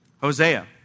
Hosea